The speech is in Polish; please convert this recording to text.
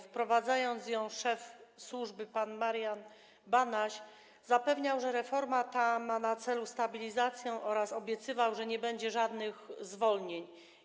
Wprowadzając ją, szef tej służby pan Marian Banaś zapewniał, że reforma ta ma na celu stabilizację, oraz obiecywał, że nie będzie żadnych zwolnień.